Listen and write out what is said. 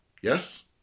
Yes